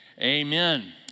amen